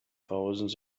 thousands